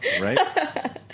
right